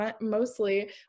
mostly